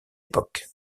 époque